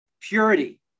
purity